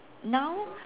now